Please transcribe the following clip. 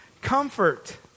comfort